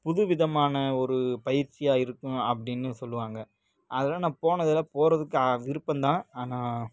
புதுவிதமான ஒரு பயிற்சியாக இருக்கும் அப்படின்னு சொல்லுவாங்க அதெலாம் நான் போனதில்லை போகிறதுக்கு ஆ விருப்பம் தான் ஆனால்